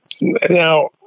now